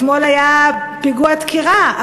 אתמול היה פיגוע דקירה.